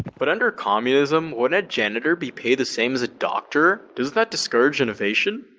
but under communism, wouldn't a janitor be paid the same as a doctor? doesn't that discourage innovation?